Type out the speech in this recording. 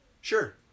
Sure